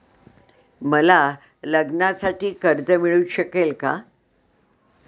मला लग्नासाठी कर्ज मिळू शकेल का?